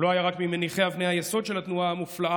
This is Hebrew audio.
הוא היה לא רק ממניחי אבני היסוד של התנועה המופלאה,